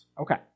Okay